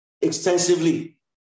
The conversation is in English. extensively